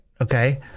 Okay